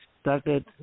started